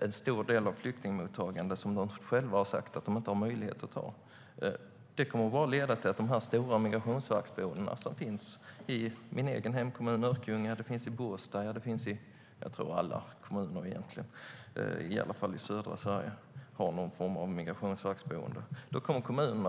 en stor del av flyktingmottagandet - de har själva sagt att de inte har möjlighet att göra det - kommer det bara, tror jag, att leda till att de blir tvungna att ta över de stora migrationsverksboendena. De finns i min hemkommun Örkelljunga och i Båstad. Jag tror att alla kommuner, i alla fall i södra Sverige, har någon form av migrationsverksboenden.